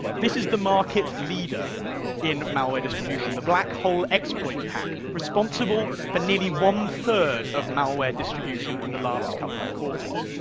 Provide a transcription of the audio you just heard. this is the market leader in malware distribution, the black hole exploit pack, responsible for nearly one third of malware distribution in the last couple of quarters.